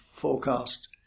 forecast